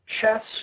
Chess